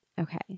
Okay